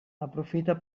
aprofita